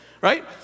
right